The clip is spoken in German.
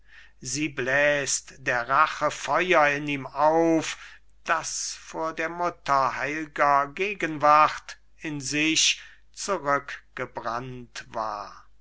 sie bläs't der rache feuer in ihm auf das vor der mutter heil'ger gegenwart in sich zurückgebrannt war